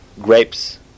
grapes